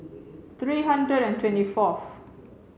three hundred and twenty fourth